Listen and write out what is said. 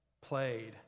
played